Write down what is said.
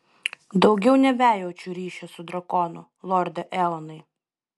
daugiau nebejaučiu ryšio su drakonu lorde eonai